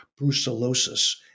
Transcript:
brucellosis